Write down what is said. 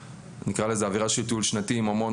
ונקרא לזה אווירה של טיול שנתי עם עוד